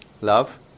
Love